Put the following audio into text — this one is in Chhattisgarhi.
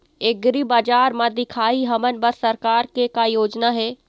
एग्रीबजार म दिखाही हमन बर सरकार के का योजना हे?